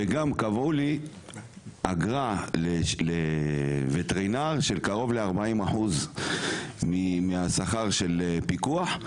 וגם קבעו לי אגרה לווטרינר של קרוב ל-40% מהשכר של פיקוח,